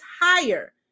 higher